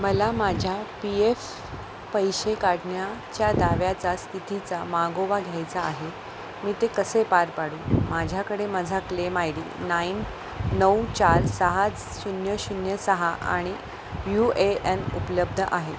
मला माझ्या P F पैसे काढण्याच्या दाव्याचा स्थितीचा मागोवा घ्यायचा आहे मी ते कसे पार पाडू माझ्याकडे माझा क्लेम आय डी नाईन नऊ चार सहा शून्य शून्य सहा आणि यू ए एन उपलब्ध आहे